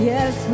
Yes